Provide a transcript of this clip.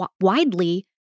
widely